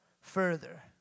further